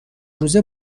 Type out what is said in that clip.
روزه